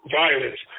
violence